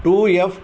two friend